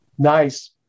nice